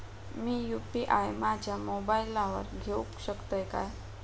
मी UPI माझ्या मोबाईलावर घेवक शकतय काय?